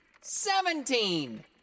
seventeen